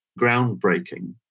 groundbreaking